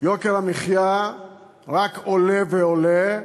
יוקר המחיה רק עולה ועולה,